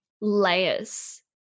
layers